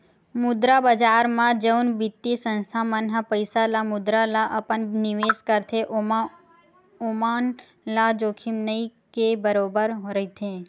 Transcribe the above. मुद्रा बजार म जउन बित्तीय संस्था मन ह पइसा ल मुद्रा ल अपन निवेस करथे ओमा ओमन ल जोखिम नइ के बरोबर रहिथे